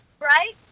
Right